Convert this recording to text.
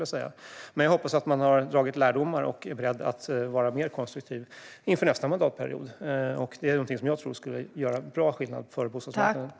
Jag hoppas dock att de har dragit lärdomar av detta och är beredda att vara mer konstruktiva under nästa mandatperiod. Jag tror att det skulle göra stor skillnad för bostadsmarknaden.